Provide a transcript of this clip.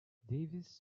davis